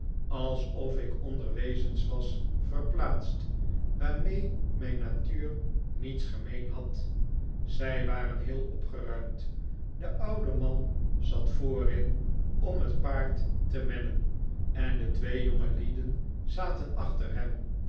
alsof ik onder wezens was verplaatst waarmee mijn natuur niets gemeen had zij waren heel opgeruimd de oude man zat voorin om het paard te mennen en de twee jongelieden zaten achter hem